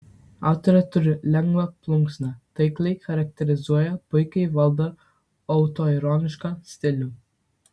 autorė turi lengvą plunksną taikliai charakterizuoja puikiai valdo autoironišką stilių